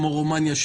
כמו רומניה,